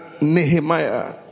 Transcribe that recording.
Nehemiah